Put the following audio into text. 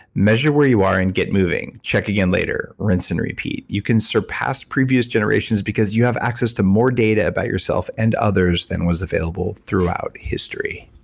measure where you are and get moving. check again later, rinse and repeat. you can surpass previous generations because you have access to more data about yourself and others than was available throughout history.